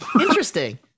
Interesting